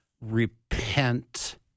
repent